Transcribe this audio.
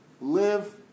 live